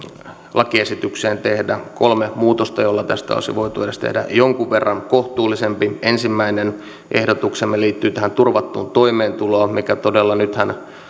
lakiesitykseen tehdä kolme muutosta joilla tästä olisi voitu tehdä edes jonkun verran kohtuullisempi ensimmäinen ehdotuksemme liittyy tähän turvattuun toimeentuloon todella nythän